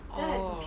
oh